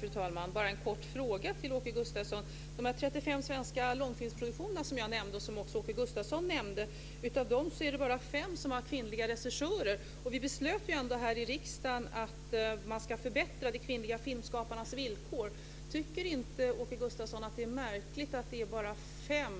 Fru talman! Bara en kort fråga till Åke Gustavsson. Av de 35 svenska långfilmsproduktioner som jag och även Åke Gustavsson nämnde är det bara fem som har kvinnliga regissörer. Vi har ändå här i riksdagen beslutat att man ska förbättra de kvinnliga filmskaparnas villkor. Tycker inte Åke Gustavsson att det är märkligt att bara fem